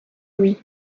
louis